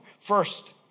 First